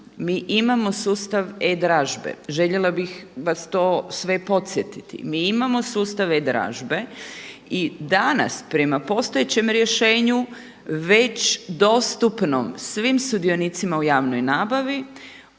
mi imamo sustav e-dražbe, željela bih vas to sve podsjetiti. Mi imamo sustav e-dražbe. I danas prema postojećem rješenju već dostupnom svim sudionicima u javnoj nabavi